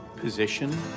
position